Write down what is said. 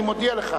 אני מודיע לך,